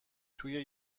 توی